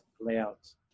layouts